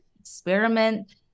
experiment